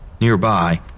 Nearby